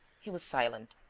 he was silent,